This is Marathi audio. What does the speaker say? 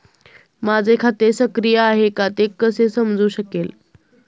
माझे खाते सक्रिय आहे का ते कसे समजू शकेल?